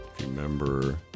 remember